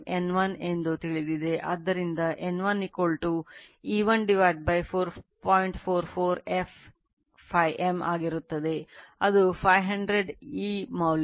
44 f m ಆಗಿರುತ್ತದೆ ಅದು 500 ಈ ಮೌಲ್ಯ